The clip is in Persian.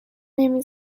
نمی